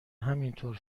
همینطور